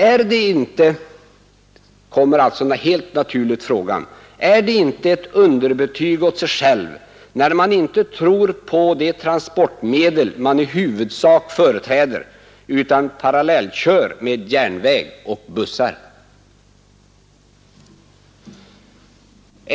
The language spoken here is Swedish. Är det inte — frågan kommer helt naturligt här — ett underbetyg åt en själv, när man inte tror på de transportmedel man i huvudsak företräder utan parallellkör med järnväg och bussar?